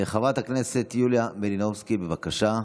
חברת הכנסת יוליה מלינובסקי, בבקשה.